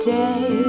day